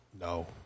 No